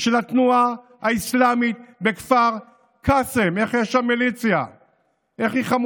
של התנועה האסלאמית בכפר קאסם, איך יש שם מיליציה?